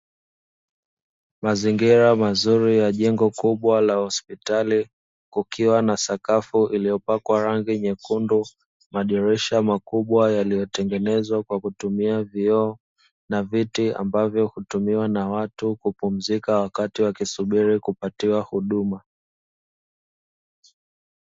Mazingira mazuri ya jengo kubwa la hospitali kukiwa na sakafu iliyopakwa rangi nyekundu, madirisha makubwa yaliyotengenezwa kwa kutumia vioo na viti ambavyo hutumiwa na watu kupumzika wakati wakisubiri kupatiwa huduma.